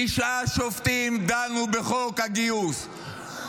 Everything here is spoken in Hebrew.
תשעה שופטים דנו בחוק הגיוס,